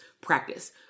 practice